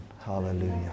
Hallelujah